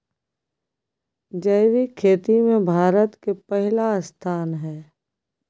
जैविक खेती में भारत के पहिला स्थान हय